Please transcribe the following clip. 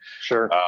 Sure